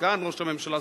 סגן ראש הממשלה,